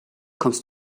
kommst